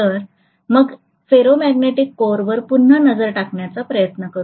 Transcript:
तर मग फेरोमॅग्नेटिक कोरवर पुन्हा नजर टाकण्याचा प्रयत्न करू